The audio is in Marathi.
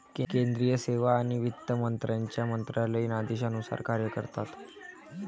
केंद्रीय सेवा आणि वित्त मंत्र्यांच्या मंत्रालयीन आदेशानुसार कार्य करतात